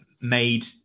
made